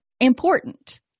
important